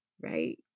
right